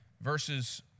verses